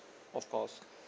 of course